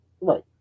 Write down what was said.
Right